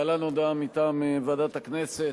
להלן הודעה מטעם ועדת הכנסת,